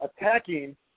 attacking